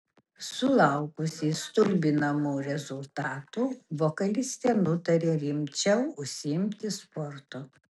sulaukusi stulbinamų rezultatų vokalistė nutarė rimčiau užsiimti sportu